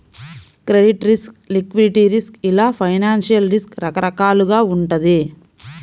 credit risk, liquidity risk ఇలా financial risk రకరకాలుగా వుంటది